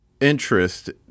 interest